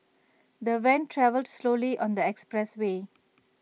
the van travelled slowly on the expressway